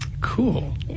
Cool